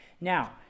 Now